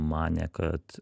manė kad